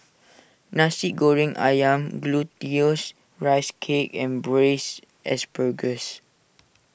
Nasi Goreng Ayam Glutinous Rice Cake and Braised Asparagus